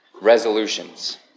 resolutions